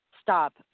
stop